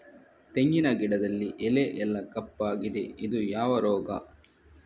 ತೆಂಗಿನ ಗಿಡದಲ್ಲಿ ಎಲೆ ಎಲ್ಲಾ ಕಪ್ಪಾಗಿದೆ ಇದು ಯಾವ ರೋಗ?